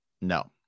no